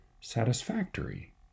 satisfactory